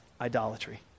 idolatry